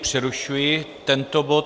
Přerušuji tento bod.